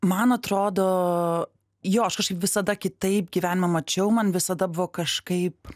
man atrodo jo aš kažkaip visada kitaip gyvenimą mačiau man visada buvo kažkaip